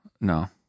No